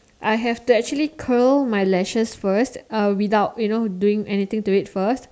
I have to actually Curl my lashes first uh without you know doing anything to it first